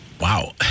Wow